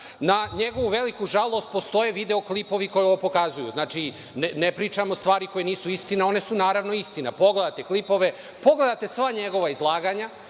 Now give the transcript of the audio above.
Na njegovu veliku žalost postoje video klipovi koji ovo pokazuju. Znači, ne pričamo stvari koje nisu istina. One su naravno istina. Pogledate klipove, pogledate sva njegova izlaganja